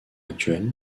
actuelle